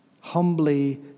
Humbly